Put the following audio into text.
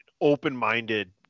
open-minded